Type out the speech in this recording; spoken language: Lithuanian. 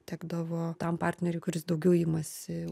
tekdavo tam partneriui kuris daugiau imasi